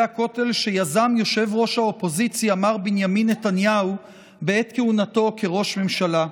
הכותל שיזם יושב-ראש האופוזיציה מר בנימין נתניהו בעת כהונתו כראש ממשלה.